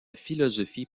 philosophie